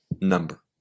number